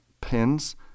pins